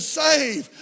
save